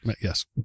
yes